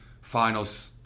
finals